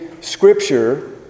Scripture